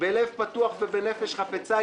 בלב פתוח ובנפש חפצה,